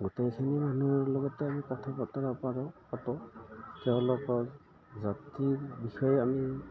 গোটেইখিনি মানুহৰ লগতে আমি কথা বতৰা পাৰোঁ পাতোঁ তেওঁলোকৰ জাতিৰ বিষয়ে আমি